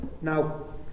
Now